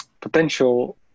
potential